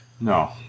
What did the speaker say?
no